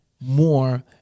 more